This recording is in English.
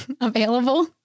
available